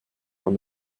con